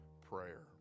prayer